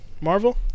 Marvel